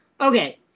Okay